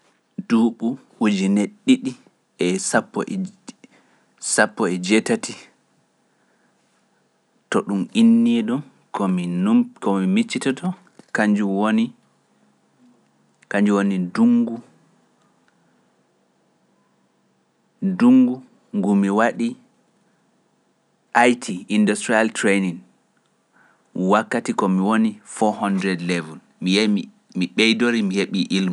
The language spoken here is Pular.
Nduuɓu ujine ɗiɗi e sappo - e sappo e jeetati. To ɗum innii-ɗum ko min num- ko min miccitotoo kannjum woni. Kannjum woni ndunngu. Ndungu ngu mi waɗi IT industrial training wakkati ko mi woni four hundred level, mi yahi mi ɓeydorii mi heɓii ilmu.